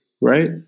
right